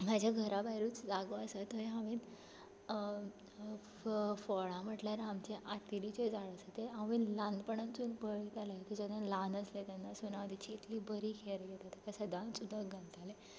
म्हज्या घरा भायरूच जागो आसा थंय हांवें फ फळां म्हटल्यार आमचे आंतेरीचें झाड आसा तें हांवें ल्हानपणा पसून पळयतालें तें जेन्ना ल्हान आसलें तेन्नासून हांव तेची इतली बरी कॅर घेतां ताका सदांच उदक घालतालें